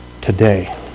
today